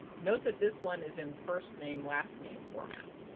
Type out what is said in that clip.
note that this one is in first name last name format.